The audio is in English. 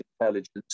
intelligence